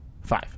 five